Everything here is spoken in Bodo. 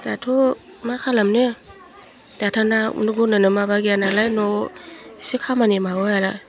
दाथ' मा खालामनो दाथा ना उन्दुग्रोनोनो माबा गैया नालाय न' इसे खामानि मावो आरो